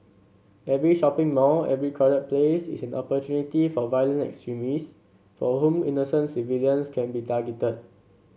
every shopping mall every crowded place is an opportunity for violent extremists for whom innocent civilians can be targeted